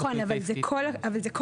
נכון, אבל זה כל הסעיף.